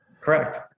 Correct